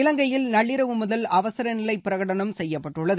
இலங்கையில் நள்ளிரவு முதல் அவசரநிலை பிரகடணம் செய்யப்பட்டுள்ளது